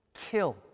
kill